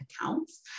accounts